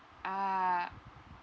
ah